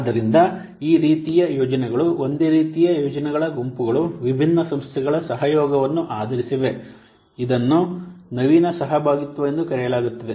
ಆದ್ದರಿಂದ ಈ ರೀತಿಯ ಯೋಜನೆಗಳು ಒಂದೇ ರೀತಿಯ ಯೋಜನೆಗಳ ಗುಂಪುಗಳು ವಿಭಿನ್ನ ಸಂಸ್ಥೆಗಳ ಸಹಯೋಗವನ್ನು ಆಧರಿಸಿವೆ ಇದನ್ನು ನವೀನ ಸಹಭಾಗಿತ್ವ ಎಂದು ಕರೆಯಲಾಗುತ್ತದೆ